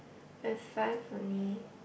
have five only